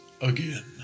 again